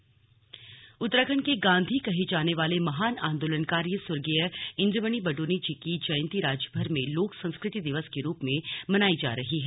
slug Indramani Badoni Uttarakhand के गांधी कहे जाने वाले महान आंदोलनकारी स्वर्गीय इंद्रमणि बडोनी जी की जयंती राज्यभर में लोक संस्कृति दिवस के रूप में मनायी जा रही है